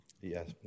Yes